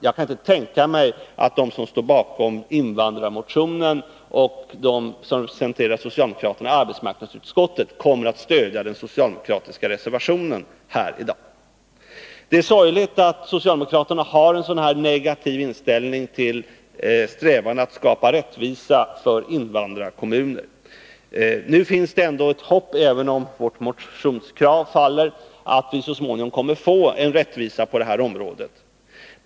Jag kan inte tänka mig att de som står bakom invandrarmotionen och de som representerar socialdemokraterna i arbetsmarknadsutskottet kommer att stödja den socialdemokratiska reservationen här i dag. Det är sorgligt att socialdemokraterna har en sådan här negativ inställning till strävan att skapa rättvisa för invandrarkommuner. Nu finns det ändå ett hopp, även om vårt motionskrav skulle falla, att vi så småningom kommer att få rättvisa på detta område.